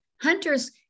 Hunters